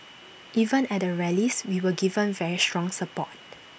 even at the rallies we were given very strong support